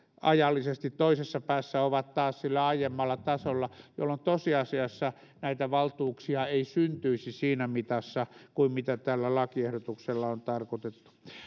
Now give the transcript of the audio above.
ajallisesti siellä toisessa päässä ovat taas sillä aiemmalla tasolla jolloin tosiasiassa näitä valtuuksia ei syntyisi siinä mitassa kuin mitä tällä lakiehdotuksella on tarkoitettu